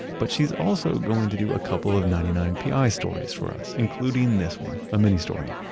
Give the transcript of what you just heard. but she's also going to do a couple of ninety nine pi stories for us, including this one, a mini-story,